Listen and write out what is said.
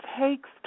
takes